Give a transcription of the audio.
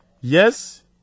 yes